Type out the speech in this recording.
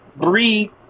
three